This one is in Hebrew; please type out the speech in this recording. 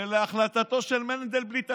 ולהחלטתו של מנדלבליט עצמו.